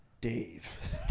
Dave